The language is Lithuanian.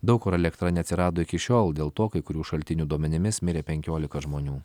daug kur elektra neatsirado iki šiol dėl to kai kurių šaltinių duomenimis mirė penkiolika žmonių